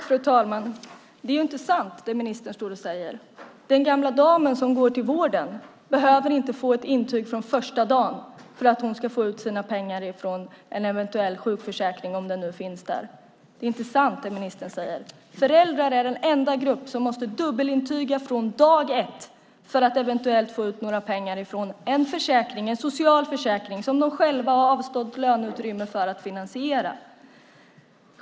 Fru talman! Det som ministern säger är ju inte sant. Den gamla damen som går till vården behöver inte ha ett intyg från första dagen för att hon ska få ut pengar från en eventuell sjukförsäkring. Det ministern säger är inte sant. Föräldrar är den enda grupp som måste dubbelintyga från dag ett för att eventuellt få ut pengar från en socialförsäkring som de själva har avstått lön för att finansiera.